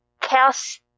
cast